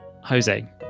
Jose